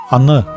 Anna